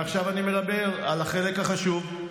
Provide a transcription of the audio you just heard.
עכשיו אני מדבר על החלק החשוב,